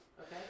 Okay